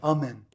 Amen